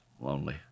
lonely